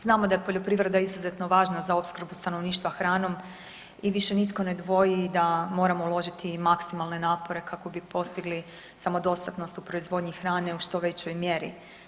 Znamo da je poljoprivreda izuzetno važna za opskrbu stanovništva hranom i više nitko ne dvoji da moramo uložiti maksimalne napore kako bi postigli samodostatnost u proizvodnji hrane u što većoj mjeri.